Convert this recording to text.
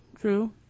true